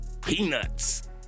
peanuts